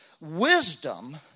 wisdom